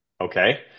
okay